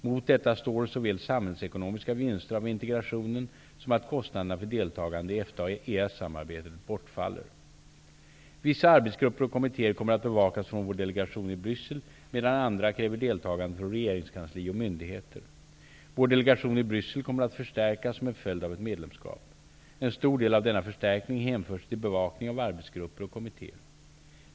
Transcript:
Mot detta står såväl samhällsekonomiska vinster av integrationen som att kostnader för deltagande i EFTA och EES Vissa arbetsgrupper och kommittéer kommer att bevakas från vår delegation i Bryssel, medan andra kräver deltagande från regeringskansli och myndigheter. Vår delegation i Bryssel kommer att förstärkas som en följd av ett medlemskap. En stor del av denna förstärkning hänför sig till bevakning av arbetsgrupper och kommittéer.